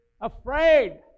afraid